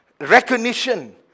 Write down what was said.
recognition